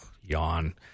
yawn